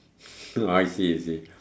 I see I see